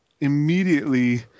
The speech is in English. immediately